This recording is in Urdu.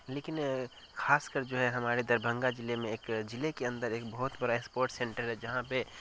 لیکن خاص کر جو ہے ہمارے دربھنگہ ضلع میں ایک ضلع کے اندر ایک بہت بڑا اسپورٹس سنٹر ہے جہاں پہ